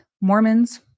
Mormons